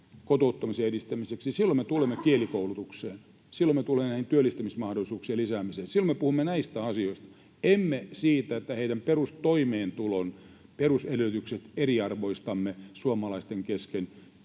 kotouttamisen edistämiseksi, silloin me tulemme kielikoulutukseen. Silloin me tulemme työllistymismahdollisuuksien lisäämiseen. Silloin me puhumme näistä asioista — emme siitä, että eriarvoistamme perustoimeentulon ja perusedellytykset suomalaisten kesken